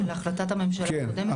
של החלטת הממשלה הקודמת?